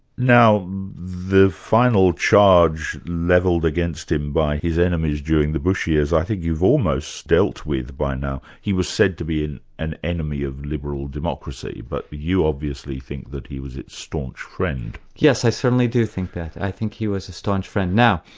now the final charge levelled against him by his enemies during the bush years, i think you've almost dealt with by now. he was said to be an enemy of liberal democracy but you obviously think that he was a staunch friend. yes, i certainly do think that. i think he was a staunch friend. now,